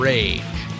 Rage